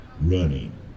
running